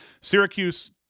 Syracuse